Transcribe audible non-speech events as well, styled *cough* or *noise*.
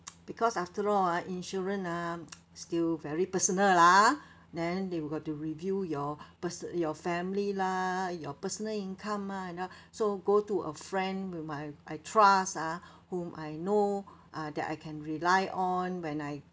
*noise* because after all ah insurance ah *noise* still very personal lah then they will got to review your perso~ your family lah your personal income lah you know so go to a friend with my I trust ah whom I know uh that I can rely on when I